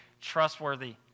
trustworthy